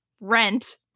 rent